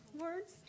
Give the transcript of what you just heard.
words